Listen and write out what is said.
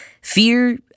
Fear